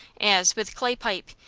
as, with clay pipe,